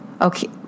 okay